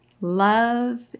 Love